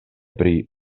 pri